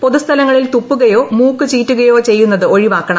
പൊതു സ്ഥലങ്ങളിൽ തുപ്പുകയോ മൂക്ക് ചീറ്റുകയോ ചെയ്യുന്നത് ഒഴിവാക്കണം